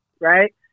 right